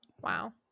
Wow